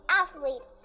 athlete